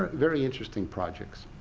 very interesting projects.